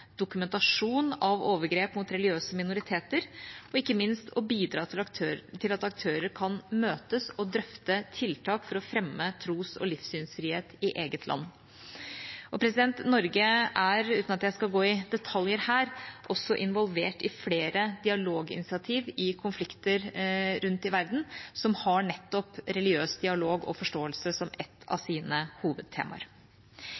dokumentasjon av overgrep mot religiøse minoriteter og ikke minst å bidra til at aktører kan møtes og drøfte tiltak for å fremme tros- og livssynsfrihet i eget land. Norge er – uten at jeg skal gå i detalj – også involvert i flere dialoginitiativer i konflikter rundt i verden som har nettopp religiøs dialog og forståelse som ett av